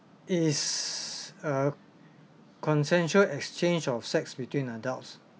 is a consensual exchange of sex between adults